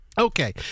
Okay